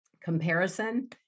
comparison